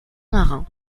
marins